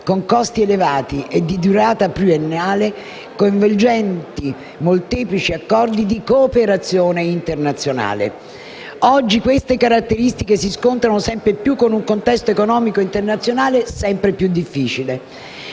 con costi elevati, e di durata pluriennale, coinvolgenti molteplici accordi di cooperazione internazionale. Oggi, queste caratteristiche si scontrano con un contesto economico internazionale sempre più difficile.